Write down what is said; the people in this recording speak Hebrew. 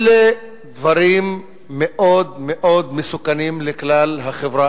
אלה דברים מאוד מאוד מסוכנים לכלל החברה,